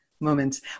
moments